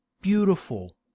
beautiful